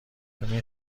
ببین